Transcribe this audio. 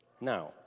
Now